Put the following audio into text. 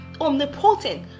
omnipotent